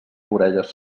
orelles